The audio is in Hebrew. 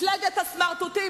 "מפלגת הסמרטוטים".